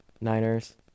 Niners